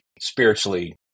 spiritually